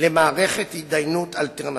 למערכת התדיינות אלטרנטיבית.